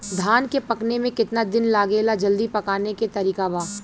धान के पकने में केतना दिन लागेला जल्दी पकाने के तरीका बा?